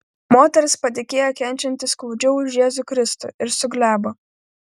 moteris patikėjo kenčianti skaudžiau už jėzų kristų ir suglebo